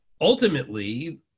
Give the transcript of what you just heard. ultimately